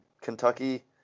Kentucky